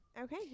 Okay